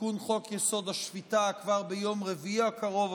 תיקון חוק-יסוד: השפיטה כבר ביום רביעי הקרוב,